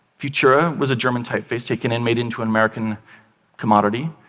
futura was a german typeface, taken in, made into an american commodity.